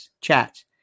chats